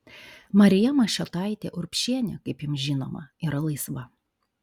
marija mašiotaitė urbšienė kaip jums žinoma yra laisva